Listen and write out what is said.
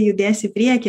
judės į priekį